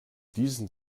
diesen